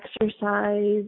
exercise